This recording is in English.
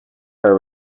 car